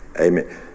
Amen